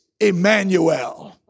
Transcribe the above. Emmanuel